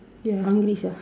ya hungry sia